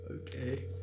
Okay